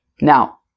Now